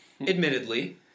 admittedly